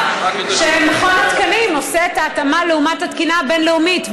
שמכון התקנים עושה את ההתאמה לעומת התקינה הבין-לאומית,